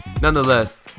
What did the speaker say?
nonetheless